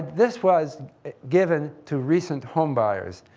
this was given to recent home buyers.